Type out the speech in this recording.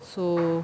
so